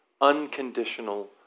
unconditional